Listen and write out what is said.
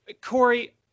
Corey